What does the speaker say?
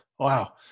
Wow